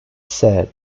said